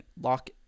lock